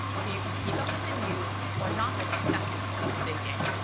so you can keep up with the news or not miss a second of the big game.